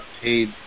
paid